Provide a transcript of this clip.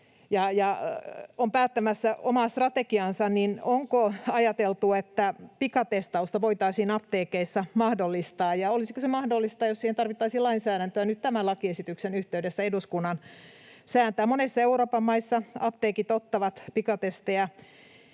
on päättämässä omaa strategiaansa, että onko ajateltu, että pikatestausta voitaisiin apteekeissa mahdollistaa, ja olisiko eduskunnan mahdollista, jos siihen tarvittaisiin lainsäädäntöä, nyt tämän lakiesityksen yhteydessä siitä säätää. Monissa Euroopan maissa apteekit ottavat pikatestejä,